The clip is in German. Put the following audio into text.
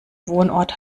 wohnort